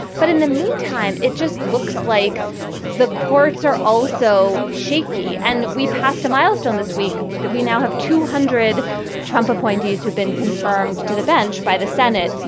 but in the meantime, it just looks like the courts are also shaky. and we passed a milestone this week that we now have two hundred trump appointees who've been confirmed to the bench by the senate.